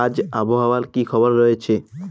আজ আবহাওয়ার কি খবর রয়েছে?